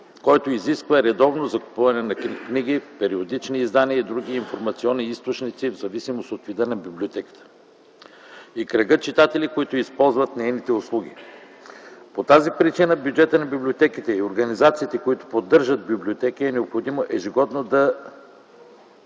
който изисква редовно закупуване на книги, периодични издания и други информационни източници в зависимост от вида на библиотеката и кръга читатели, които използват нейните услуги. По тази причина в бюджета на библиотеките и организациите, които поддържат библиотеки, е необходимо ежегодно да